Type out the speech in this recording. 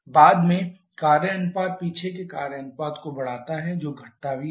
बाद में कार्य अनुपात पीछे के कार्य अनुपात को बढ़ाता है जो घटता भी है